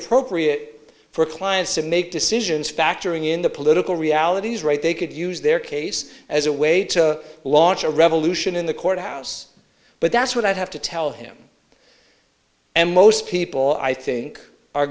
appropriate for clients to make decisions factoring in the political realities right they could use their case as a way to launch a revolution in the courthouse but that's what i have to tell him and most people i think are